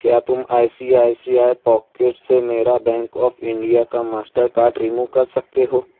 کیا تم I C I C I pocket سے میرا بینک آف انڈیا کا ماسٹر کارڈ رموو کر سکتے ہو